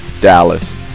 Dallas